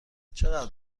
چقدر